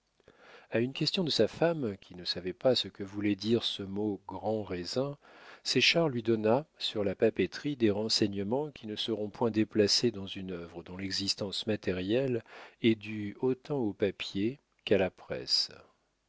a une question de sa femme qui ne savait pas ce que voulait dire ce mot grand raisin séchard lui donna sur la papeterie des renseignements qui ne seront point déplacés dans une œuvre dont l'existence matérielle est due autant au papier qu'à la presse